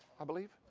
i believe.